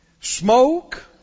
smoke